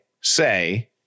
say